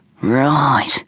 Right